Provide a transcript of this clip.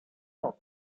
nowy